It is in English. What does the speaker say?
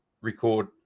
record